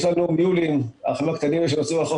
יש לנו מיולים על חוף הים.